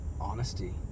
honesty